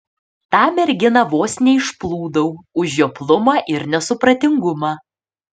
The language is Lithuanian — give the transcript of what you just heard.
tą merginą vos neišplūdau už žioplumą ir nesupratingumą